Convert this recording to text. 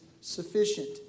sufficient